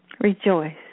Rejoice